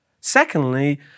Secondly